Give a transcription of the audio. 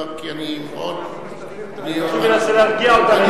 כי אני, אני מנסה להרגיע אותם.